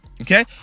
okay